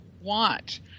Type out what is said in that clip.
want